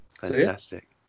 Fantastic